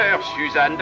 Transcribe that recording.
Suzanne